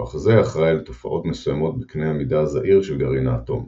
כוח זה אחראי על תופעות מסוימות בקנה המידה הזעיר של גרעין האטום,